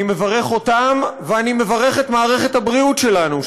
אני מברך אותם ואני מברך את מערכת הבריאות שלנו,